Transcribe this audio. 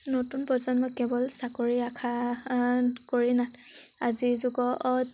নতুন প্ৰজন্মই কেৱল চাকৰিৰ আশা কৰি নাথাকি আজিৰ যুগত